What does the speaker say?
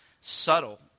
subtle